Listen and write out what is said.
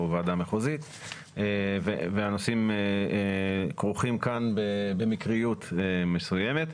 ועדה מחוזית והנושאים כרוכים כאן במקריות מסוימת.